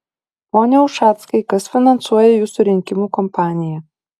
pone ušackai kas finansuoja jūsų rinkimų kompaniją